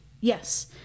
Yes